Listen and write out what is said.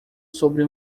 sobre